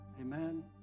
Amen